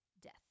death